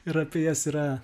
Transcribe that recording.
ir apie jas yra